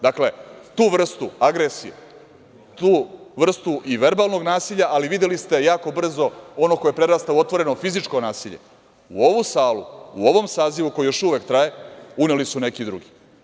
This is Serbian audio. Dakle, tu vrstu agresije, tu vrstu i verbalnog nasilja, ali videli ste jako brzo ono koje prerasta u otvoreno fizičko nasilje, u ovu salu, u ovom sazivu, koje još uvek traje, uneli su neki drugi.